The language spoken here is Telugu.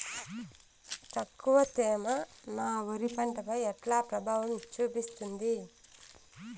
తక్కువ తేమ నా వరి పంట పై ఎట్లా ప్రభావం చూపిస్తుంది?